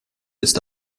ist